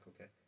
okay